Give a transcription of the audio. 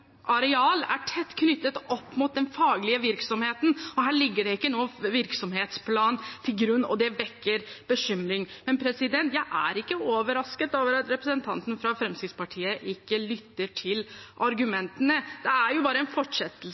areal – er tett knyttet opp mot den faglige virksomheten. Her ligger det ikke noen virksomhetsplan til grunn, og det vekker bekymring. Jeg er ikke overrasket over at representanten fra Fremskrittspartiet ikke lytter til argumentene. Det er jo bare en fortsettelse